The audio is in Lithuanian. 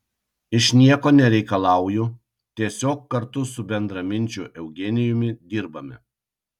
iš nieko nereikalauju tiesiog kartu su bendraminčiu eugenijumi dirbame